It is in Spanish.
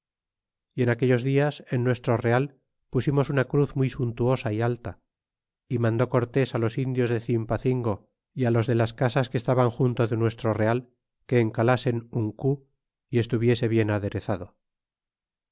y en aquellos dias en nuestro real pusimos una cruz muy suntuosa y alta y mandó cortés los indios de cimpacingo y los de las casas que estaban junto de nuestro real que encalasen un cu y estuviese bien aderezado